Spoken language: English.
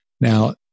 Now